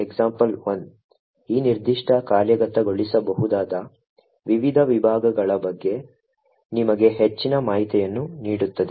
example1 ಈ ನಿರ್ದಿಷ್ಟ ಕಾರ್ಯಗತಗೊಳಿಸಬಹುದಾದ ವಿವಿಧ ವಿಭಾಗಗಳ ಬಗ್ಗೆ ನಿಮಗೆ ಹೆಚ್ಚಿನ ಮಾಹಿತಿಯನ್ನು ನೀಡುತ್ತದೆ